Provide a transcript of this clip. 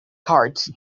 cards